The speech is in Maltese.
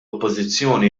oppożizzjoni